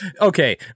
Okay